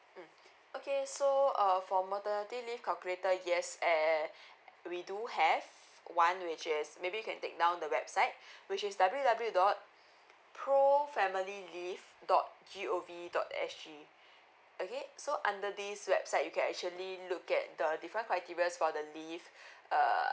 mm okay so uh for maternity leave calculator yes at we do have one which is maybe you can take down the website which is W W dot pro family leave dot G O V dot S G okay so under this website you can actually look at the different criteria's for the leave err